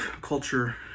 culture